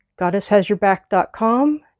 goddesshasyourback.com